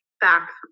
back